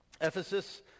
Ephesus